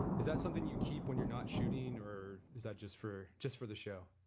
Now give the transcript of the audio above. is that something you keep when you are not shooting or is that just for just for the show?